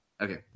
okay